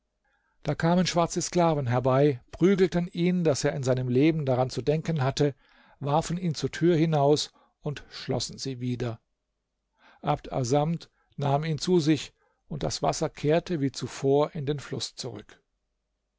da kamen schwarze sklaven herbei prügelten ihn daß er in seinem leben daran zu denken hatte warfen ihn zur tür hinaus und schlossen sie wieder abd assamd nahm ihn zu sich und das wasser kehrte wie zuvor in den fluß zurück